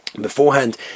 beforehand